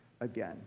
again